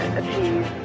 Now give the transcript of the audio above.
achieve